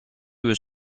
was